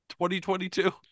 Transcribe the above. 2022